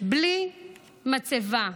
בלי מצבה,